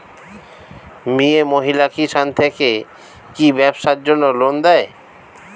মিয়ে মহিলা কিষান থেকে কি ব্যবসার জন্য ঋন দেয়?